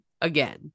again